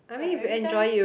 like every time